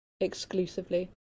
exclusively